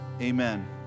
amen